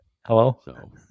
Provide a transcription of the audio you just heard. Hello